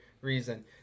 reason